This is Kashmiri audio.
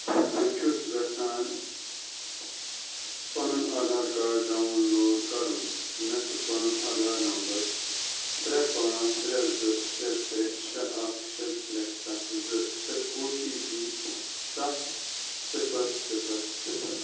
بہٕ چھُس یژھان پنُن آدھار کارڈ ڈاوُن لوڈ کرُن مےٚ چھ پنُن آدھار نمبر ترٛےٚ پانٛژھ ترٛےٚ زٕ شےٚ ترٛےٚ شےٚ اکھ شےٚ ترٛےٚ ستھ زٕ تہٕ او ٹی پی ستھ صفر صفر صفر